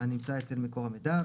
הנמצא אצל מקור מידע,